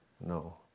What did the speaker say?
no